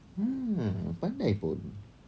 mm pandai pun